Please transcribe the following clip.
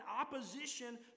opposition